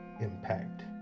impact